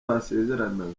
basezeranaga